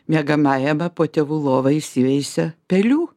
miegamajame po tėvų lova įsiveisė pelių